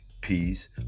peace